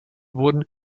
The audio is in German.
wurden